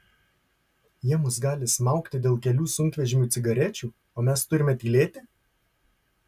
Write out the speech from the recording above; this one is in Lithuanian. jie mus gali smaugti dėl kelių sunkvežimių cigarečių o mes turime tylėti